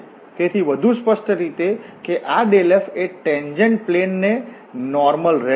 તેથી વધુ સ્પષ્ટ રીતે કે આ ∇f એ ટેન્જેન્ટ પ્લેન ને નોર્મલ રહેશે